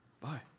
Bye